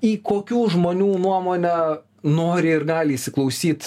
į kokių žmonių nuomonę nori ir gali įsiklausyt